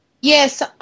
Yes